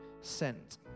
sent